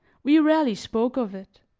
we rarely spoke of it.